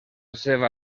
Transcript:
seva